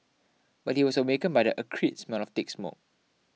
but he was awakened by the acrid smell of thick smoke